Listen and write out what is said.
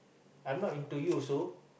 I am not into you also